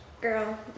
Girl